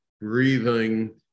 breathing